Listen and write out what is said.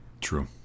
True